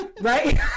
Right